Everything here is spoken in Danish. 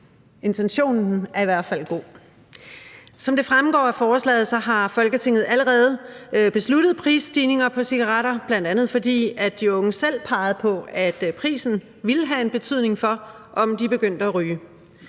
Intentionen er i hvert fald god. Som det fremgår af forslaget, har Folketinget allerede besluttet prisstigninger på cigaretter, bl.a. fordi de unge selv pegede på, at prisen ville have en betydning for, om de begyndte at ryge.